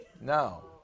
no